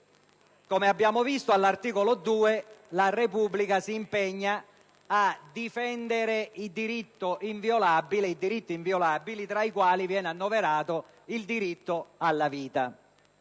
Come abbiamo visto, all'articolo 2, la Repubblica si impegna a difendere i diritti inviolabili, tra i quali viene annoverato il diritto alla vita.